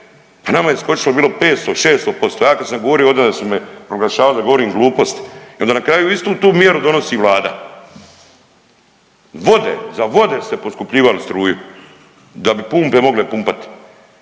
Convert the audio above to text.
Pa nama je skočilo bilo 500, 600%. Ja kad sam govorio ovdje da su me proglašavali da govorim gluposti i onda na kraju istu tu mjeru donosi Vlada. Vode, za vode ste poskupljivali struju da bi pumpe mogle pumpati.